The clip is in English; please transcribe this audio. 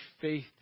faith